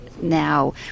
now